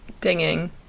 dinging